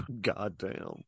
Goddamn